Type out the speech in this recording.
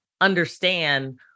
understand